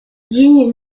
dignes